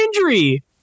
injury